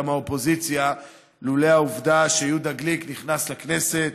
מהאופוזיציה לולא העובדה שיהודה גליק נכנס לכנסת,